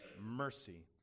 mercy